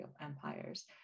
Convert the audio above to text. empires